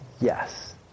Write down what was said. yes